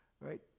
right